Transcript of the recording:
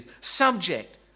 subject